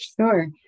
Sure